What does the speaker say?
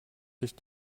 sich